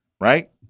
Right